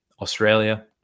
Australia